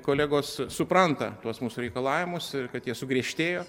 kolegos supranta tuos mūsų reikalavimus ir kad jie sugriežtėjo